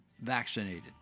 vaccinated